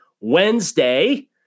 Wednesday